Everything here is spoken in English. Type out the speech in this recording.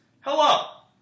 Hello